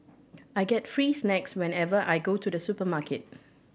I get free snacks whenever I go to the supermarket